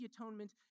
atonement